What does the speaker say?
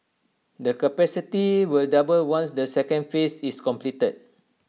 the capacity will double once the second phase is complete